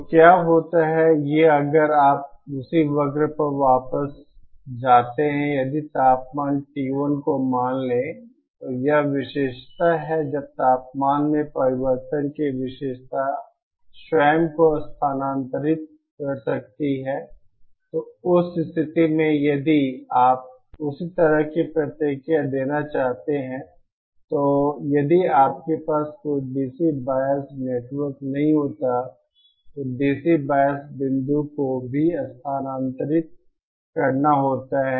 तो क्या होता है ये अगर आप उसी वक्र पर वापस जाते हैं यदि तापमान T1 को मान लें तो यह विशेषता है जब तापमान में परिवर्तन की विशेषता स्वयं को स्थानांतरित कर सकती है तो उस स्थिति में यदि आप उसी तरह की प्रतिक्रिया देना चाहते हैं तो यदि आपके पास कोई DC वायस नेटवर्क नहीं होता तो डीसी बायस बिंदु को भी स्थानांतरित करना होता है